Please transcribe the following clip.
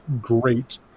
great